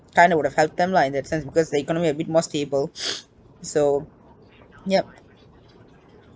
kinda would have help them lah in that sense because the economy a bit more stable so yup